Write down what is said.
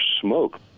smoke